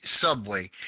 subway